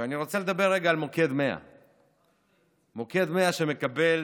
אני רוצה לדבר רגע על מוקד 100. מוקד 100, שמקבל